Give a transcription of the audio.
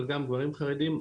אבל גם גברים חרדים.